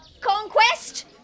Conquest